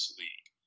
league